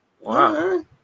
wow